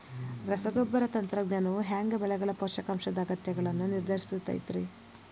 ರಸಗೊಬ್ಬರ ತಂತ್ರಜ್ಞಾನವು ಹ್ಯಾಂಗ ಬೆಳೆಗಳ ಪೋಷಕಾಂಶದ ಅಗತ್ಯಗಳನ್ನ ನಿರ್ಧರಿಸುತೈತ್ರಿ?